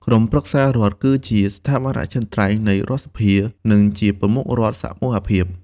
ក្រុមប្រឹក្សារដ្ឋ គឺជាស្ថាប័នអចិន្ត្រៃយ៍នៃរដ្ឋសភា និងជាប្រមុខរដ្ឋសមូហភាព។